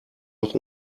noch